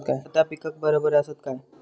खता पिकाक बराबर आसत काय?